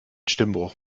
stimmbruch